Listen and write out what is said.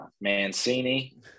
Mancini